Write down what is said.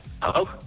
Hello